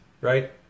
right